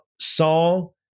Saul